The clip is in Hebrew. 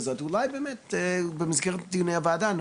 אז אולי באמת במסגרת דיוני הוועדה פה